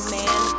man